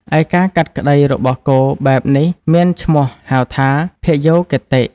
ឯការកាត់ក្តីរបស់គោបែបនេះមានឈ្មោះហៅថា ភយោគតិ។